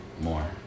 more